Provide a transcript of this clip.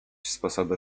sposoby